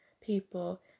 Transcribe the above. people